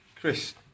Chris